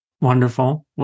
Wonderful